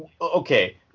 okay